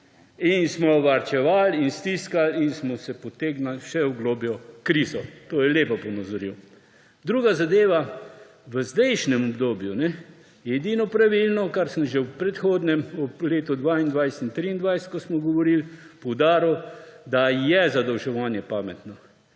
in smo varčevali in stiskali in smo se potegnili v vse globljo krizo. To je lepo ponazoril. Druga zadeva; v zdajšnjem obdobju je edino pravilno, kar sem že v predhodnem, o letu 2022 in 2023, ko smo govorili, poudaril, da je zadolževanje pametno